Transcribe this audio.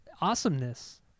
awesomeness